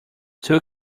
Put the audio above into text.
two